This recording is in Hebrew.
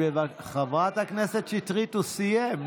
חברת הכנסת שטרית, הוא סיים.